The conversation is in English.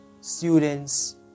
students